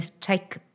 take